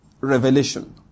revelation